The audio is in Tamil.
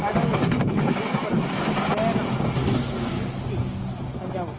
கடலூர் விழுப்புரம் சேலம் திருச்சி தஞ்சாவூர்